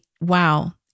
Wow